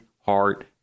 heart